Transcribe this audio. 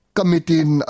Kamitin